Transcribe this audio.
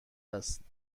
است